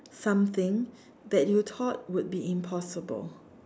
something that you thought would be impossible